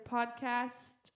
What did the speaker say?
Podcast